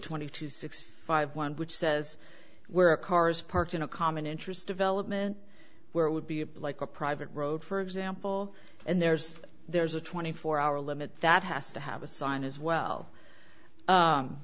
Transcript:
twenty two six five one which says where cars parked in a common interest development where it would be a bit like a private road for example and there's there's a twenty four hour limit that has to have a sign as well